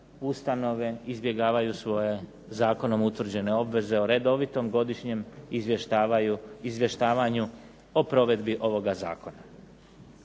ustanove izbjegavaju svoje zakonom utvrđene obveze o redovitom godišnjem izvještavanju o provedbi ovoga zakona.